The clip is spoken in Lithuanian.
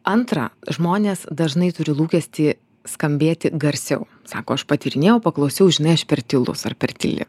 antra žmonės dažnai turi lūkestį skambėti garsiau sako aš patyrinėjau paklausiau žinai aš per tylus ar per tyli